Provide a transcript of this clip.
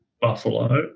Buffalo